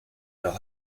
leur